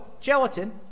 gelatin